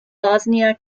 bosnia